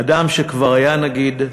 אדם שכבר היה נגיד,